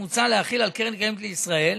מוצע להחיל על קרן הקיימת לישראל